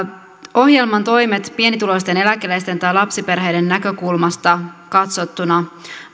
ohjelman toimiin pienituloisten eläkeläisten tai lapsiperheiden näkökulmasta katsottuna